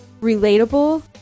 relatable